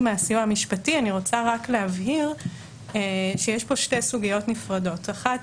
מהסיוע המשפטי אבל אני רוצה להבהיר שיש כאן שתי סוגיות נפרדות כאשר האחת